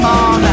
on